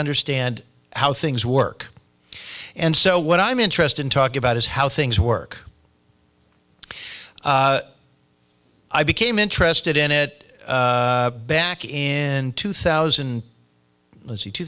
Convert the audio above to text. understand how things work and so what i'm interested in talking about is how things work i became interested in it back in two thousand